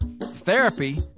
Therapy